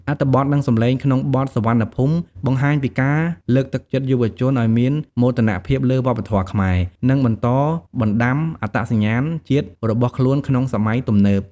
អត្ថបទនិងសម្លេងក្នុងបទ "សុវណ្ណភូមិ" បង្ហាញពីការលើកទឹកចិត្តយុវជនឲ្យមានមោទនភាពលើវប្បធម៌ខ្មែរ និងបន្តបណ្តាំអត្តសញ្ញាណជាតិរបស់ខ្លួនក្នុងសម័យទំនើប។